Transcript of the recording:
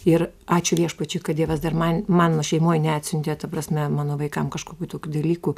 ir ačiū viešpačiui kad dievas dar man mano šeimoj neatsiuntė ta prasme mano vaikam kažkokių tokių dalykų